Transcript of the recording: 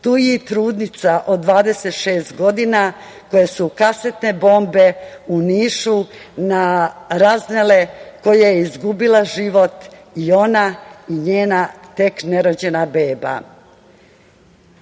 je i trudnica od 26 godina, koju su kasetne bombe u Nišu raznele, koja je izgubila život, i ona i njena nerođena beba. Režim